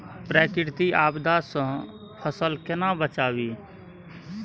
प्राकृतिक आपदा सं फसल केना बचावी?